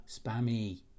spammy